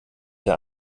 der